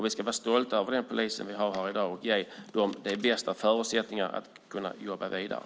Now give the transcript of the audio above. Vi ska vara stolta över de poliser vi har i dag och ge dem de bästa förutsättningarna att jobba vidare.